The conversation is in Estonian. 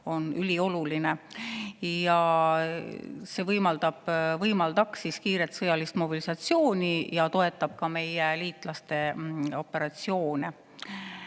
on ülioluline. [Via Baltica] võimaldaks kiiret sõjalist mobilisatsiooni ja toetaks ka meie liitlaste operatsioone.